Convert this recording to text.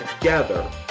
Together